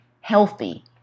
healthy